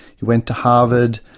he went to harvard,